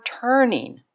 turning